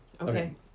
Okay